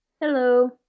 Hello